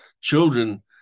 children